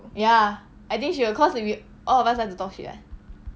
ya I think she will cause w~ all of us like to talk shit [one]